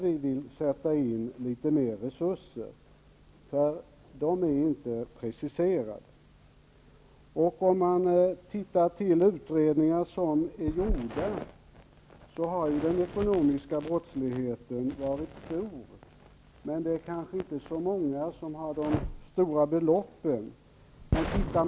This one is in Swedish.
Vi vill att litet mer av resurser sätts in på dessa enheter, som inte är prioriterade. Gjorda utredningar visar att det förekommer en stor ekonomisk brottslighet, men att det inte i så många fall är fråga om stora belopp.